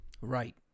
Right